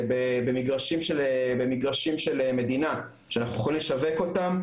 במגרשים של מדינה שאנחנו יכולים לשווק אותם,